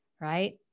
Right